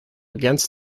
against